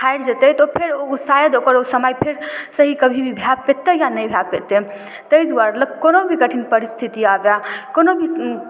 हारि जेतै तऽ फेर ओ शायद ओकर ओ समय फेर सही कभी भी भऽ पेतै या नहि भऽ पेतै ताहि दुआरे कोनो भी कठिन परिस्थिति आबै कोनो भी